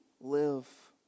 live